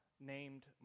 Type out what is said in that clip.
named